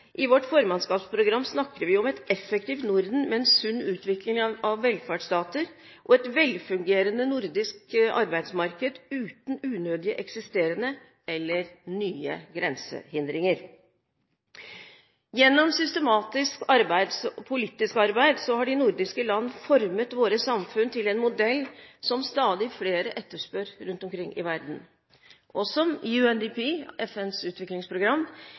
I vårt formannskapsprogram snakker vi om et effektivt Norden med en sunn utvikling av velferdsstater og et velfungerende nordisk arbeidsmarked uten unødige eksisterende eller nye grensehindringer. Gjennom systematisk politisk arbeid har de nordiske land formet våre samfunn til en modell som stadig flere etterspør rundt omkring i verden, og som UNDP, FNs utviklingsprogram,